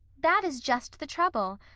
that is just the trouble.